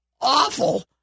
awful